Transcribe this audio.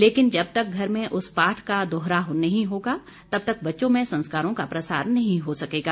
लेकिन जब तक घर में उस पाठ का दोहराव नहीं होगा तब तक बच्चों में उन संस्कारों का प्रसार नहीं हो सकेगा